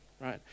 right